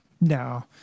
No